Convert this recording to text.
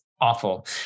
awful